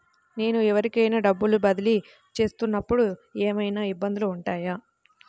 నేను ఎవరికైనా డబ్బులు బదిలీ చేస్తునపుడు ఏమయినా ఇబ్బందులు వుంటాయా?